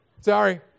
Sorry